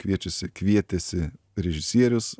kviečiasi kvietėsi režisierius